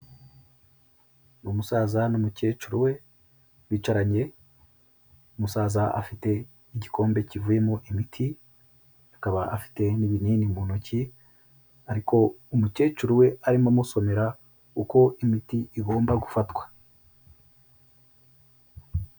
Ni umusaza n'umukecuru we bicaranye, umusaza afite igikombe kivuyemo imiti, akaba afite'ibinini mu ntoki ariko umukecuru we arimo amusomera uko imiti igomba gufatwa.